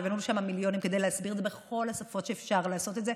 שהבאנו לשם מיליונים כדי להסביר את זה בכל השפות שאפשר לעשות את זה,